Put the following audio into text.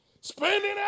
Spending